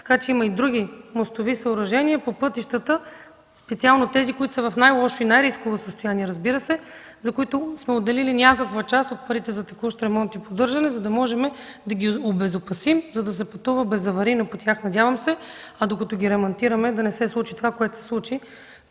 така че има и други мостови съоръжения по пътищата, специално тези, които са в най-лошо и най-рисково състояние, разбира се, за които сме отделили някаква част от парите за текущ ремонт и поддържане, за да можем да ги обезопасим, за да се пътува безаварийно по тях, надявам се. А докато ги ремонтираме да не се случи това, което се случи,